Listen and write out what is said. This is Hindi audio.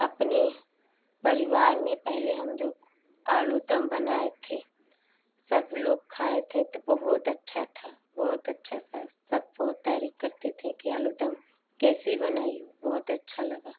अपने परिवार में पहले हम दो आलू दम बनाए थे सब लोग खाए थे तो बहुत अच्छा था बहुत अच्छा था सब बहुत तारीफ करते थे कि आलू दम कैसे बनाई हो बहुत अच्छा लगा